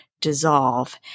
dissolve